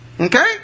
Okay